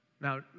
Now